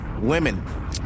Women